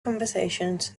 conversations